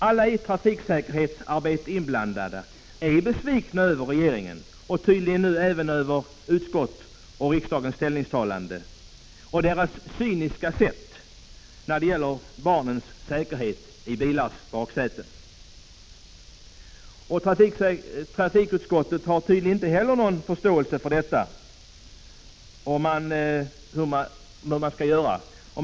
Alla i trafiksäkerhetsarbete inblandade är besvikna över regeringen och nu tydligen även över utskottets och riksdagens ställningstagande, över deras cyniska sätt att se på barnens säkerhet i bilars baksäten. Trafikutskottet har tydligen inte heller någon förståelse för vad man skall göra.